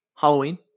Halloween